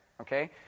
Okay